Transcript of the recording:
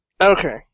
Okay